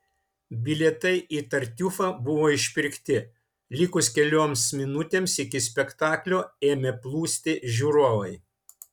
bilietai į tartiufą buvo išpirkti likus kelioms minutėms iki spektaklio ėmė plūsti žiūrovai